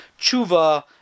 Tshuva